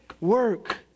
work